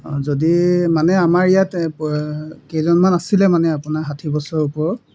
অঁ যদি মানে আমাৰ ইয়াত কেইজনমান আছিলে মানে আপোনাৰ ষাঠি বছৰৰ ওপৰত